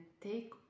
take